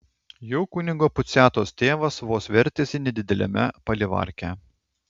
jau kunigo puciatos tėvas vos vertėsi nedideliame palivarke